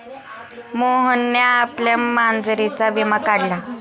मोहनने आपल्या मांजरीचा विमा काढला